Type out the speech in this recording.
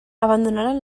abandonaren